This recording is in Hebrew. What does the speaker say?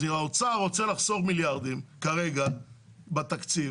אז האוצר רוצה לחסוך מיליארדים, כרגע, בתקציב.